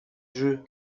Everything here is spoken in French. jeu